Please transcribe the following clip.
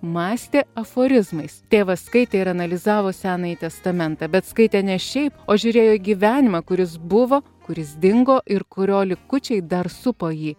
mąstė aforizmais tėvas skaitė ir analizavo senąjį testamentą bet skaitė ne šiaip o žiūrėjo į gyvenimą kuris buvo kuris dingo ir kurio likučiai dar supo jį